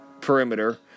perimeter